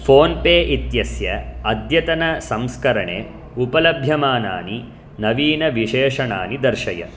phone pay इत्यस्य अद्यतनसंस्करणे उपलभ्यमानानि नवीनविशेषणानि दर्शय